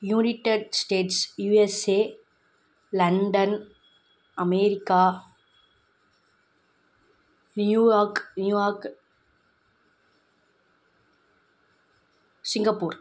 United States USA London America New York New York Singapore